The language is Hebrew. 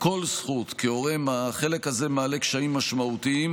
כל זכות כהורה, החלק הזה מעלה קשיים משמעותיים.